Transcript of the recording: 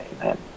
Amen